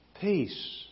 peace